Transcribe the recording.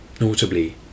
Notably